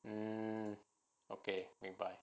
mm okay 明白